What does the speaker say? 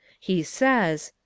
he says,